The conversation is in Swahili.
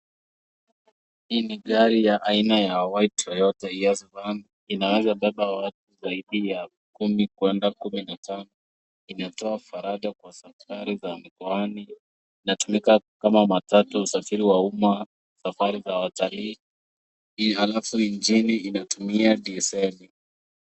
Hii ni gari ya aina ya white toyota hiace van . Inaweza beba watu zaidi ya kumi kwenda kumi na tano. Inatoa faraja kwa safari za mkoani. Inatumika kama matatu wa usafiri wa umma, safari za watalii. Hii halafu injili inatumia dizeli.